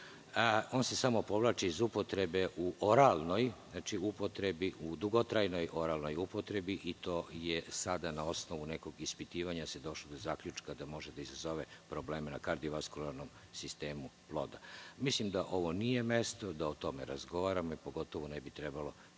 On se samo povlači iz upotrebe u oralnoj upotrebi dugotrajnoj i sada na osnovu ispitivanja se došlo do zaključka da može da izazove probleme na kardiovaskularnom sistemu ploda. Mislim da ovo nije mesto da o tome razgovaramo, pogotovo ne bi trebalo takve